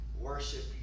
worship